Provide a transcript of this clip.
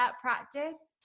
practice